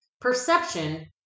Perception